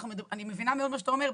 אני מבינה מאוד מה שאתה אומר,